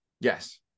Yes